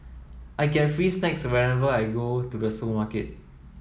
I get free snacks whenever I go to the supermarket